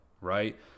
right